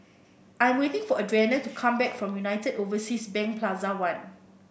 I'm waiting for Adrianna to come back from United Overseas Bank Plaza One